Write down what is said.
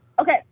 Okay